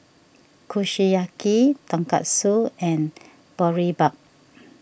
Kushiyaki Tonkatsu and Boribap